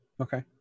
okay